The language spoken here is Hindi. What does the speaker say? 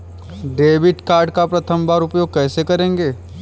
डेबिट कार्ड का प्रथम बार उपयोग कैसे करेंगे?